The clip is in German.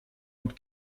und